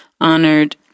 honored